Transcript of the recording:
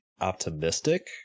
optimistic